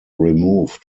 removed